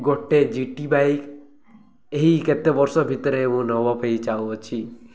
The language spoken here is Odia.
ଗୋଟେ ଜିଟି ବାଇକ୍ ଏହି କେତେ ବର୍ଷ ଭିତରେ ମୁଁ ନବ ପାଇଁ ଯାଉଅଛି